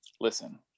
Listen